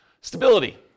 Stability